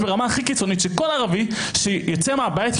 אזרחית.